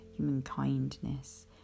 humankindness